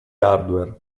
hardware